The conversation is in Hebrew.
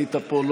היית פה,